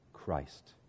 christ